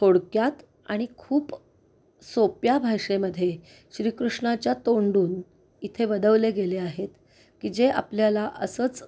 थोडक्यात आणि खूप सोप्या भाषेमध्ये श्रीकृष्णाच्या तोंडून इथे वदवले गेले आहेत की जे आपल्याला असंच